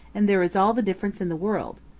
and there is all the difference in the world.